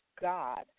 God